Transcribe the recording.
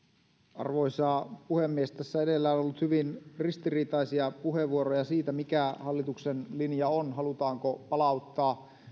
arvoisa puhemies tässä edellä on ollut hyvin ristiriitaisia puheenvuoroja siitä mikä hallituksen linja on halutaanko palauttaa